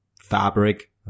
fabric